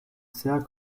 sehr